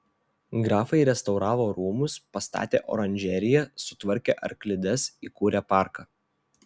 grafai restauravo rūmus pastatė oranžeriją sutvarkė arklides įkūrė parką